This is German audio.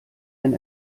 wenn